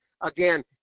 Again